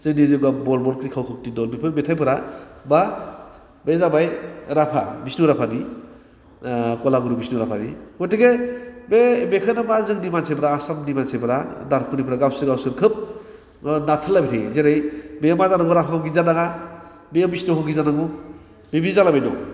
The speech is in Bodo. जोंनि जेब्ला बर्मन क्रिका हक्ति दलबेफोर मेथायफोरा माबे जाबाय राभा बिष्णु राभानि कलागुरु बिष्णु राभानि गथिखे बे बेखौनो मा जोंनि मानसिफ्रा आसामनि मानसिफ्रा दानक'निकफ्रा गावसोरखौनो गावसोर खोब नाथ्रोदलायबाय थायो जेरै बे मा जानांगौमोन राभा संगिंत जानाङा बे बिष्णु संगित जानांगौ बे बि जालाबायनांगौ